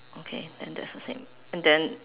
okay then that's the same then